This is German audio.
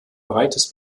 breites